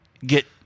get